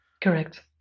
Correct